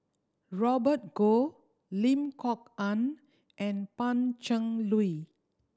Robert Goh Lim Kok Ann and Pan Cheng Lui